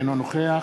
אינו נוכח